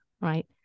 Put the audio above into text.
right